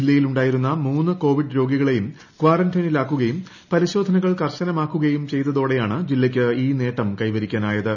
ജില്ലയിൽ ഉണ്ടായിരുന്ന മൂന്ന് കോവിഡ് രോഗികളെയും കാറന്റൈനിലാക്കുകയും പരിശോധനകൾ കർശനമാക്കുകയും ചെയ്തതോടെയാണ് ജില്ലയ്ക്ക് ഈ നേട്ടം കൈവരിക്കാനായത്